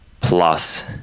plus